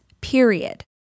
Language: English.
period